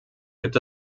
gibt